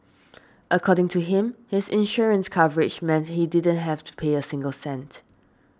according to him his insurance coverage meant he didn't have to pay a single cent